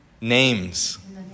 names